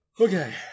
Okay